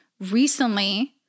recently